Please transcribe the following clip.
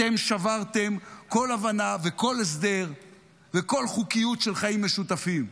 אתם שברתם כל הבנה וכל הסדר וכל חוקיות של חיים משותפים.